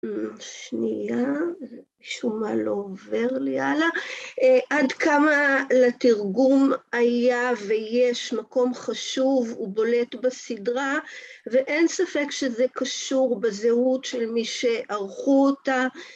ממ, שנייה, משום מה לא עובר לי הלאה. עד כמה לתרגום היה ויש מקום חשוב ובולט בסדרה, ואין ספק שזה קשור בזהות של מי שערכו אותה...